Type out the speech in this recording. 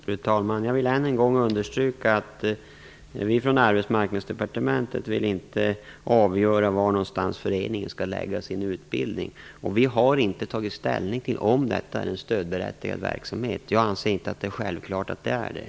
Fru talman! Jag vill än en gång understryka att vi från Arbetsmarknadsdepartementet inte vill avgöra var föreningen skall lägga sin utbildning. Vi har inte tagit ställning till om detta är stödberättigad verksamhet. Jag anser inte att det är självklart att det är det.